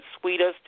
sweetest